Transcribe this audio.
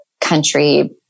country